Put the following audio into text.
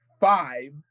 Five